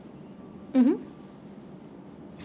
mmhmm